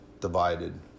divided